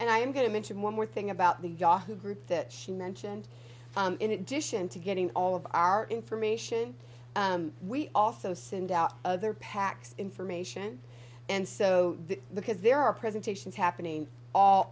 and i am going to mention one more thing about the yahoo group that she mentioned in addition to getting all of our information we also send out other packs information and so the because there are presentations happening all